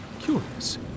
Curious